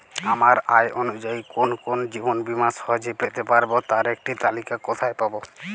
আমার আয় অনুযায়ী কোন কোন জীবন বীমা সহজে পেতে পারব তার একটি তালিকা কোথায় পাবো?